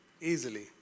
easily